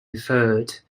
referred